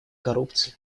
коррупции